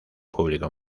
público